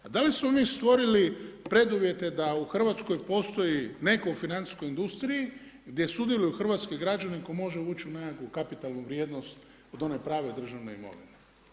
Pa da li smo mi stvorili preduvjete da u Hrvatskoj postoji netko u financijskoj industriji, gdje sudjeluju hrvatski građani tko može ući u nekakvu kapitalnu vrijednost od one prave državne imovine?